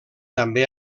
també